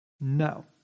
No